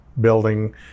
building